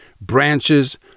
branches